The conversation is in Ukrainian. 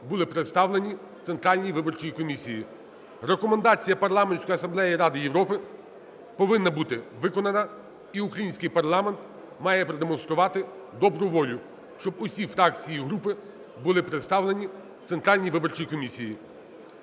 були представлені Центральній виборчій комісії. Рекомендація Парламентської асамблеї Ради Європи повинна бути виконана і український парламент має продемонструвати добру волю, щоб усі фракції і групи були представлені в Центральній виборчій комісії.